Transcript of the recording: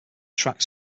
track